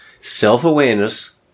Self-awareness